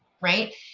right